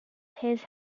his